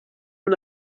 una